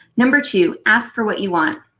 number two, ask for what you want.